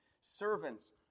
servants